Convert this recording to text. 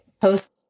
post